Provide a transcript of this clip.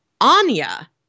Anya